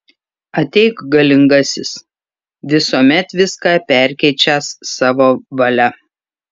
ateik galingasis visuomet viską perkeičiąs savo valia